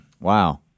wow